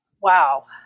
Wow